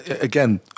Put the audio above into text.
again